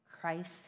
Christ